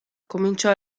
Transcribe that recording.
cominciò